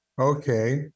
Okay